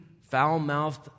foul-mouthed